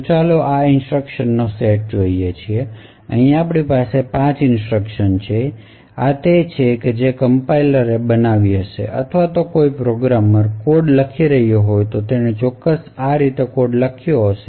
તો ચાલો આ ઇન્સટ્રકશન નો સેટ જોઈએ તેથી અહીં આપણી પાસે 5 ઇન્સટ્રકશન છે અને આ છે જે કમ્પાઇલર એ બનાવી હશે અથવા જો કોઈ પ્રોગ્રામર કોડ લખી રહ્યો હોય તો આ ચોક્કસ રીતે કોડ લખ્યો હશે